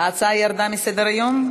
ההצעה ירדה מסדר-היום?